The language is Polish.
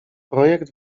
projekt